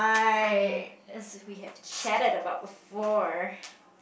I mean we have chatted about before